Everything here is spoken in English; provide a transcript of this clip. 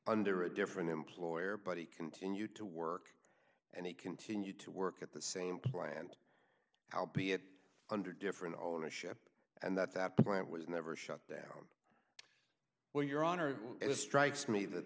under a different employer but he continued to work and he continued to work at the same plant how be it under different ownership and that that plant was never shut down well your honor it strikes me that